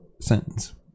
sentence